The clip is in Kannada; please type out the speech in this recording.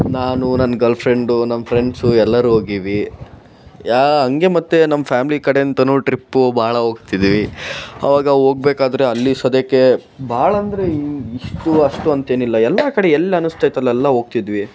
ನಾನು ನನ್ನ ಗರ್ಲ್ ಫ್ರೆಂಡು ನಮ್ಮ ಫ್ರೆಂಡ್ಸು ಎಲ್ಲರೂ ಹೋಗೀವಿ ಯಾ ಹಂಗೆ ಮತ್ತು ನಮ್ಮ ಫ್ಯಾಮ್ಲಿ ಕಡೆಯಿಂದನೂ ಟ್ರಿಪ್ಪೂ ಭಾಳ ಹೋಗ್ತಿದೀವಿ ಅವಾಗ ಹೋಗ್ಬೇಕಾದ್ರೆ ಅಲ್ಲಿ ಸದ್ಯಕ್ಕೆ ಭಾಳಂದರೆ ಇಷ್ಟು ಅಷ್ಟು ಅಂತೇನಿಲ್ಲ ಎಲ್ಲ ಕಡೆ ಎಲ್ಲಿ ಅನಿಸ್ತೈತೆ ಅಲ್ಲೆಲ್ಲ ಹೋಗ್ತಿದ್ವಿ